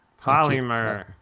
Polymer